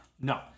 no